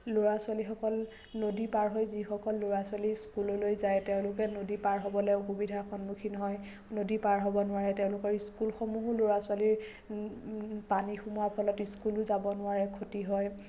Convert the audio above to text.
ল'ৰা ছোৱালীসকল নদী পাৰ হৈ যিসকল ল'ৰা ছোৱালী স্কুললৈ যায় তেওঁলোকে নদী পাৰ হ'বলৈ অসুবিধাৰ সন্মুখীন হয় নদী পাৰ হ'ব নোৱাৰে তেওঁলোকৰ স্কুলসমূহো ল'ৰা ছোৱালীৰ পানী সোমোৱাৰ ফলত স্কুলো যাব নোৱাৰে খতি হয়